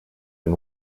and